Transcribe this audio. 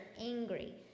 angry